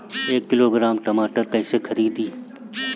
एक किलोग्राम टमाटर कैसे खरदी?